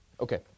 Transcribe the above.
Okay